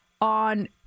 on